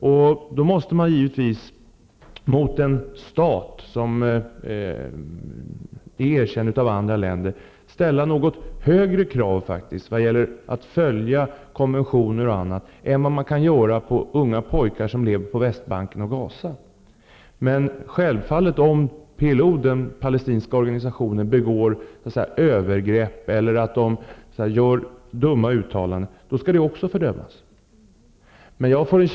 Man måste givetvis ställa något högre krav vad gäller att följa konventioner och annat på den stat som erkänns av andra länder än man kan ställa på unga pojkar som lever på Västbanken och i Gaza. Men om PLO, den palestinska organisationen, begår övergrepp eller gör dumma uttalanden skall självfallet det också fördömas.